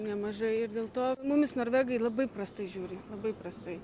nemažai ir dėl to mumis norvegai labai prastai žiūri labai prastai